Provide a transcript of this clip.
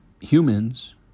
humans